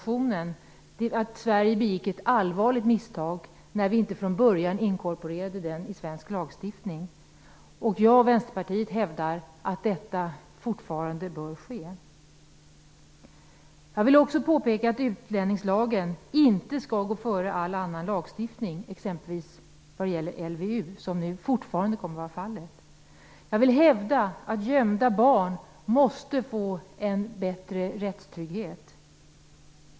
I Sverige begick vi ett allvarligt misstag när vi inte från började inkorporerade barnkonventionen i svensk lagstiftning. Jag och Vänsterpartiet hävdar fortfarande att detta bör ske. Jag vill också påpeka att utlänningslagen inte skall gå före all annan lagstiftning, exempelvis vad gäller LVU, vilket fortfarande kommer att bli fallet. Gömda barn måste få en bättre rättstrygghet.